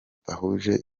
bahuje